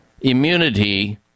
immunity